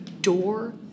door